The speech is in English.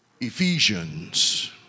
Ephesians